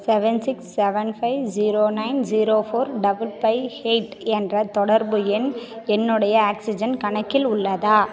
seven six seven five zero nine zero four double five eight என்ற தொடர்பு எண் என்னுடைய ஆக்ஸிஜன் கணக்கில் உள்ளதா